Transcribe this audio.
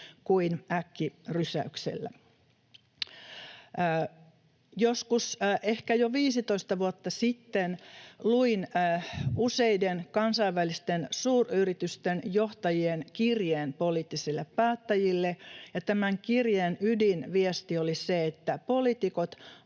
kuin äkkirysäyksellä. Joskus ehkä jo 15 vuotta sitten luin useiden kansainvälisten suuryritysten johtajien kirjeen poliittisille päättäjille. Tämän kirjeen ydinviesti oli se, että poliitikot,